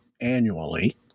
annually